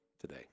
today